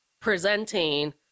presenting